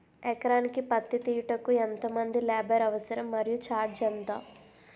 ఎకరానికి పత్తి తీయుటకు ఎంత మంది లేబర్ అవసరం? మరియు ఛార్జ్ ఎంత?